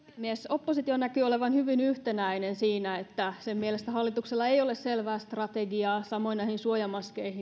oppositio näkyy olevan hyvin yhtenäinen siinä että sen mielestä hallituksella ei ole selvää strategiaa samoin näihin suojamaskeihin